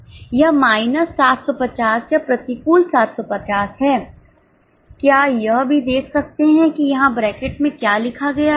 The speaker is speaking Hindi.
यह माइनस 750 या प्रतिकूल 750 है आप यह भी देख सकते हैं कि यहां ब्रैकेट में क्या लिखा गया है